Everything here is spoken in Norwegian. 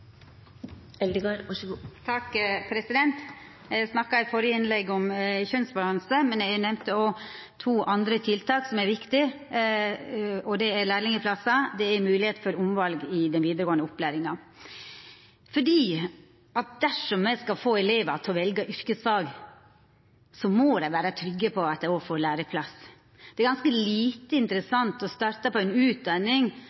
snakka i førre innlegg om kjønnsbalanse, men eg nemnde òg to andre tiltak som er viktige, og det er lærlingplassar og moglegheit for omval i den vidaregåande opplæringa. Dersom me skal få elevar til å velja yrkesfag, må dei vera trygge på at dei får læreplass. Det er ganske lite interessant å starta på ei utdanning